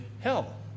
hell